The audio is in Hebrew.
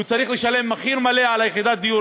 הוא צריך לשלם מחיר מלא על יחידת הדיור